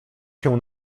się